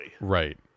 Right